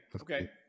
Okay